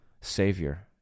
Savior